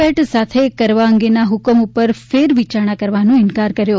પેટ સાથે કરવા અંગેના હુકમ ઉપર ફેરવિચારણા કરવાનો ઇન્કાર કર્યો